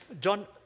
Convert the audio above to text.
John